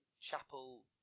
chapel